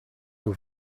nous